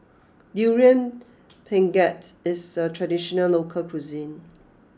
Durian Pengat is a traditional local cuisine